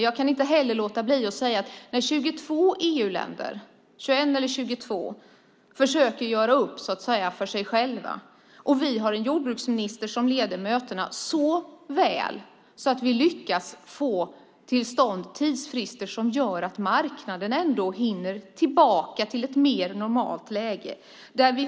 Jag kan dock inte låta bli att nämna det faktum att när 21 eller 22 EU-länder försökte, var för sig, göra upp ledde vår jordbruksminister mötena så väl att han lyckades få till stånd tidsfrister som innebär att marknaden hinner komma tillbaka till ett mer normalt läge.